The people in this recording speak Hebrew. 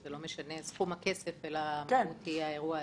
לא משנה סכום הכסף, חשוב האירוע עצמו.